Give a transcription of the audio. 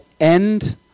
End